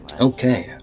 Okay